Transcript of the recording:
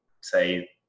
say